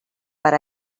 per